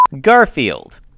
garfield